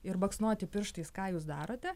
ir baksnoti pirštais ką jūs darote